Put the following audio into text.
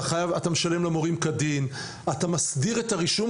אתה משלם למורים כדין, אתה מסדיר א הרישום.